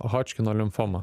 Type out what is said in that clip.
hodžkino limfoma